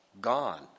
Gone